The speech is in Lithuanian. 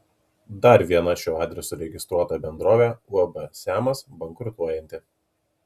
dar viena šiuo adresu registruota bendrovė uab siamas bankrutuojanti